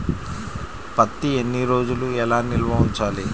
పత్తి ఎన్ని రోజులు ఎలా నిల్వ ఉంచాలి?